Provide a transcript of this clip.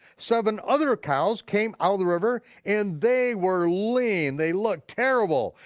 seven other cows came out of the river and they were lean, they looked terrible.